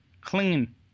Clean